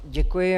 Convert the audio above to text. Děkuji.